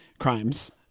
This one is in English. Crimes